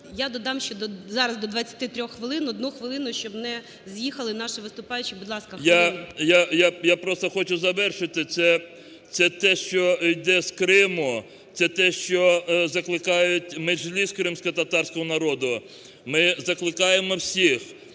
Я додам ще зараз до 23 хвилин, одну хвилину, щоб не з'їхали наші виступаючі. Будь ласка, хвилина. ЧУБАРОВ Р.А. Я просто хочу завершити. Це те, що йде з Криму, це те, що закликають Меджліс кримськотатарського народу. Ми закликаємо всіх: